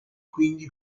quindi